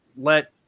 Let